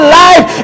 life